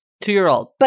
Two-year-old